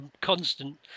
constant